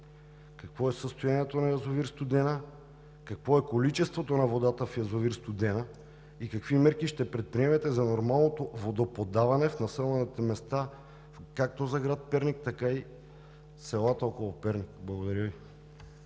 какво е състоянието на язовир „Студена“? Какво е количеството на водата в язовир „Студена“? Какви мерки ще предприемете за нормалното водоподаване в населените места както за град Перник, така и за селата около Перник? Благодаря Ви.